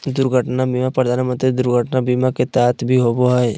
दुर्घटना बीमा प्रधानमंत्री दुर्घटना बीमा के तहत भी होबो हइ